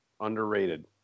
Underrated